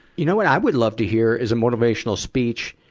you know what i would love to hear, is a motivational speech,